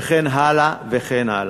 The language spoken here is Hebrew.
וכן הלאה.